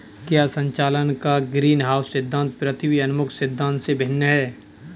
क्या संचालन का ग्रीनहाउस सिद्धांत पृथ्वी उन्मुख सिद्धांत से भिन्न है?